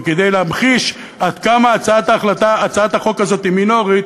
וכדי להמחיש עד כמה הצעת החוק הזאת היא מינורית,